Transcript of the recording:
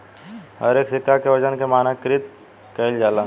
हरेक सिक्का के वजन के मानकीकृत कईल जाला